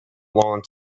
long